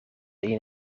een